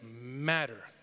matter